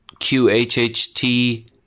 QHHT